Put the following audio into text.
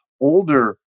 older